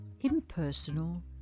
impersonal